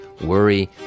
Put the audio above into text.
worry